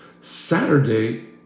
Saturday